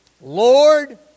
Lord